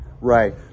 right